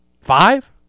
Five